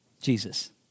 Jesus